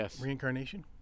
reincarnation